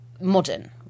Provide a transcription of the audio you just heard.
modern